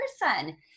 person